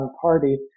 Party